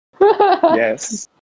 Yes